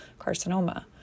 carcinoma